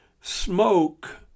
smoke